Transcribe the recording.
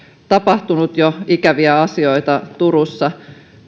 tapahtunut ikäviä asioita turussa